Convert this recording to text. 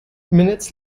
minutes